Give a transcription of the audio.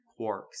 quarks